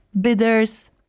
bidders